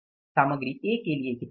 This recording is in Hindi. सामग्री A के लिए कितना होगा